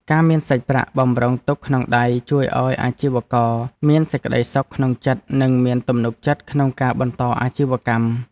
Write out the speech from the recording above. ការមានសាច់ប្រាក់បម្រុងទុកក្នុងដៃជួយឱ្យអាជីវករមានសេចក្តីសុខក្នុងចិត្តនិងមានទំនុកចិត្តក្នុងការបន្តអាជីវកម្ម។